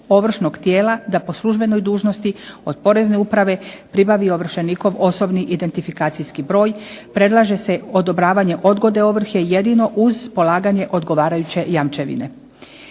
ovršnog tijela da po službenoj dužnosti od porezne uprave pribavi ovršenikov osobni identifikacijski broj, predlaže se odobravanje odgode ovrhe, jedino uz polaganje odgovarajuće jamčevine.